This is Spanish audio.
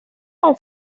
con